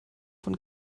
von